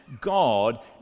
God